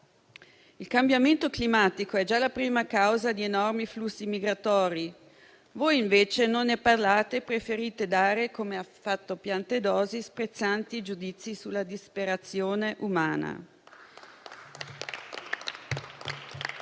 Il cambiamento climatico è già la prima causa di enormi flussi migratori, voi invece non ne parlate e preferite dare, come ha fatto Piantedosi, sprezzanti giudizi sulla disperazione umana.